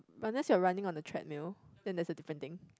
unless you're running on a treadmill then that's a different thing